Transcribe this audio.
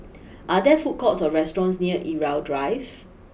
are there food courts or restaurants near Irau Drive